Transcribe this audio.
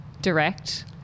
direct